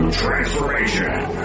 transformation